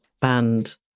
banned